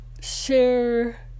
share